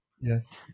Yes